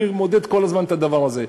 אני מודד כל הזמן את הדבר הזה.